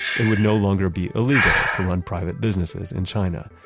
it would no longer be illegal to run private businesses in china.